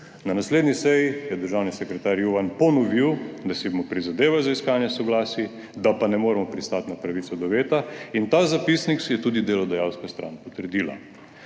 Na naslednji seji je državni sekretar Juvan ponovil, da si bomo prizadevali za iskanje soglasij, da pa ne moremo pristati na pravico do veta, in ta zapisnik je potrdila tudi delodajalska stran. Drugi